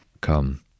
Come